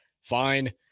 fine